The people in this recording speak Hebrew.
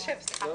שפע, 15:55) לא.